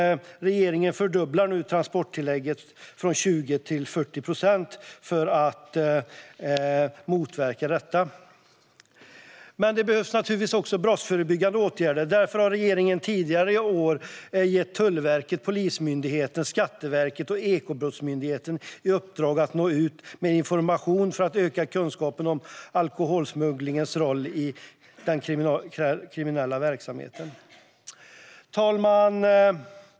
Regeringen fördubblar nu transporttillägget från 20 till 40 procent för att motverka detta. Det behövs också brottsförebyggande åtgärder. Därför har regeringen tidigare i år gett Tullverket, Polismyndigheten, Skatteverket och Ekobrottsmyndigheten i uppdrag att gå ut med information för att öka kunskapen om alkoholsmugglingens roll i den kriminella verksamheten. Herr talman!